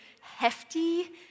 hefty